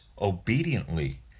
obediently